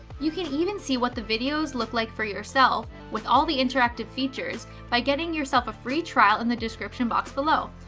you can even see what the videos look like for yourself with all the interactive features by getting yourself a free trial in the description box below.